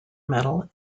medal